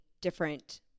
different